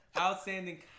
Outstanding